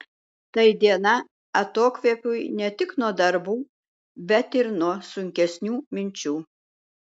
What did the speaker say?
tai diena atokvėpiui ne tik nuo darbų bet ir nuo sunkesnių minčių